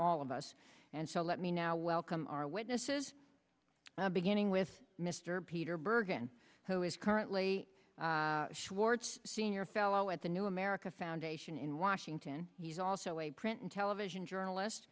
all of us and so let me now welcome our witnesses beginning with mr peter bergen who is currently swartz a senior fellow at the new america foundation in washington he's also a print and television journalist